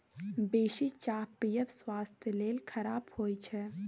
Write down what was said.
बेसी चाह पीयब स्वास्थ्य लेल खराप होइ छै